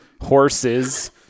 Horses